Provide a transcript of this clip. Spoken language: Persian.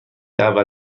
اول